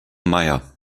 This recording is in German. meier